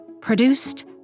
produced